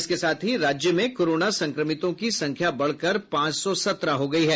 इसके साथ ही राज्य में कोरोना संक्रमितों की संख्या बढ़कर पांच सौ सत्रह हो गयी है